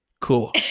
cool